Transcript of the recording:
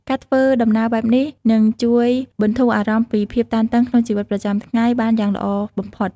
ការធ្វើដំណើរបែបនេះនឹងជួយបន្ធូរអារម្មណ៍ពីភាពតានតឹងក្នុងជីវិតប្រចាំថ្ងៃបានយ៉ាងល្អបំផុត។